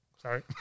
Sorry